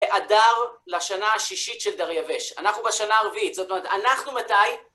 באדר לשנה השישית של דרוויש. אנחנו בשנה הרביעית, זאת אומרת, אנחנו מתי?